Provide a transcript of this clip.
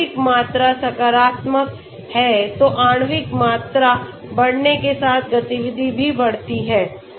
आणविक मात्रा सकारात्मक है तो आणविक मात्रा बढ़ने के साथ गतिविधि भी बढ़ती है